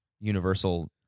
universal